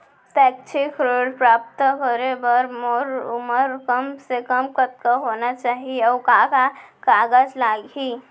शैक्षिक ऋण प्राप्त करे बर मोर उमर कम से कम कतका होना चाहि, अऊ का का कागज लागही?